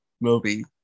movie